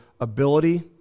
ability